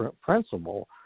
principle